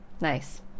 Nice